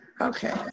okay